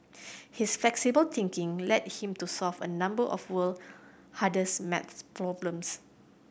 his flexible thinking led him to solve a number of world hardest maths problems